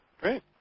great